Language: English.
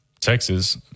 Texas